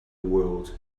world